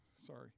Sorry